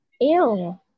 ew